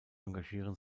engagieren